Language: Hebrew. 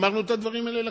אמרנו את הדברים האלה לכנסת,